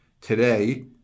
today